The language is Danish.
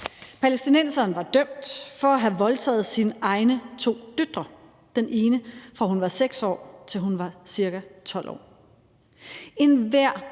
Palæstinenseren var dømt for at have voldtaget sine egne to døtre, den ene, fra hun var 6 år, til hun var ca. 12 år.